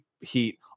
heat